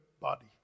body